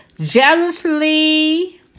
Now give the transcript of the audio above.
jealously